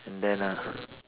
and then uh